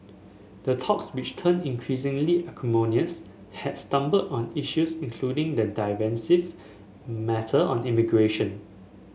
the talks which turned increasingly acrimonious had stumbled on issues including the divisive matter of immigration